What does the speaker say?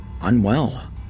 unwell